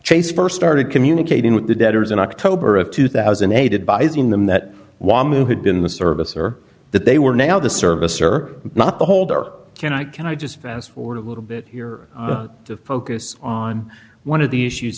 chase st started communicating with the debtors in october of two thousand and eight advising them that one who had been in the service or that they were now the service or not the holder can i can i just fast forward a little bit here to focus on one of the issues